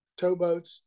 towboats